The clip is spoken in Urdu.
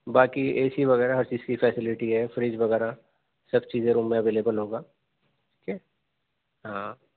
باقی اے سی وغیرہ ہر چیز کی فیسلیٹی ہے فریج وغیرہ سب چیزیں روم میں اویلیبل ہوگا ٹھیک ہے ہاں